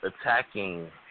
attacking